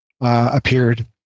appeared